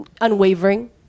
unwavering